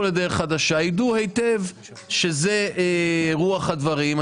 לדרך חדשה ידעו היטב שזאת רוח הדברים.